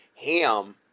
ham